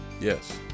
Yes